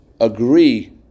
agree